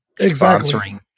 Sponsoring